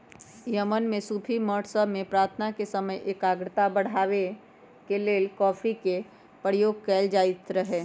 Yemen में सूफी मठ सभ में प्रार्थना के समय एकाग्रता बढ़ाबे के लेल कॉफी के प्रयोग कएल जाइत रहै